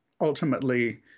ultimately